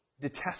detest